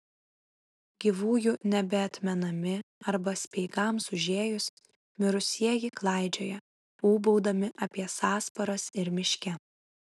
gyvųjų nebeatmenami arba speigams užėjus mirusieji klaidžioja ūbaudami apie sąsparas ir miške